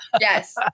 Yes